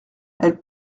elle